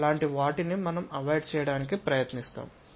అలాంటి వాటిని అవాయిడ్ చేయడానికి ప్రయత్నించండి